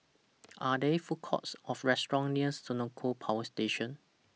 Are There Food Courts Or restaurants nears Senoko Power Station